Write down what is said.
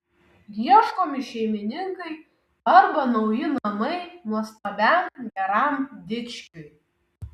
ieškomi šeimininkai arba nauji namai nuostabiam geram dičkiui